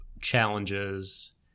challenges